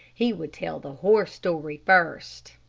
he would tell the horse story first.